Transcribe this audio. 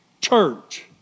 church